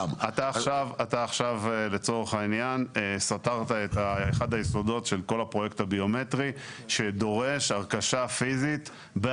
מכונה שמי שיש לו כבר ביומטרי ייגש אליה ויוכל לעשות הרכשה עצמית.